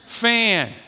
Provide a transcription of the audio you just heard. fan